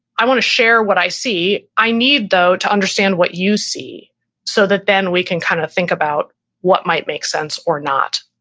i want to share what i see. i need though to understand what you see so that then we can kind of think about what might make sense or not.